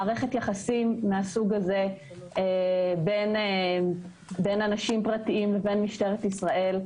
מערכת יחסים מהסוג הזה בין אנשים פרטיים ובין משטרת ישראל,